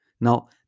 Now